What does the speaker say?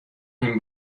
این